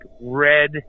red